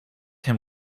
him